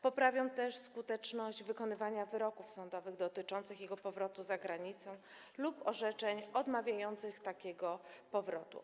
Poprawią też skuteczność wykonywania wyroków sądowych dotyczących jego powrotu za granicę lub orzeczeń odmawiających takiego powrotu.